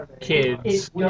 kids